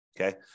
okay